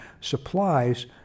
supplies